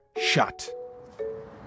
shut